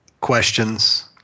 questions